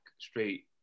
straight